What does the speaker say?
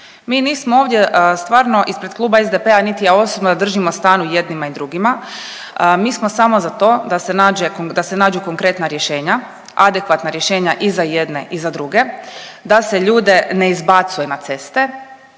Mi nismo ovdje stvarno ispred Kluba SDP-a, niti ja osobno da držimo stranu i jednima i drugima, mi smo samo za to da se nađe ko…, da se nađu konkretna rješenja, adekvatna rješenja i za jedne i za druge, da se ljude ne izbacuje na ceste,